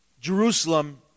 Jerusalem